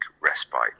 respite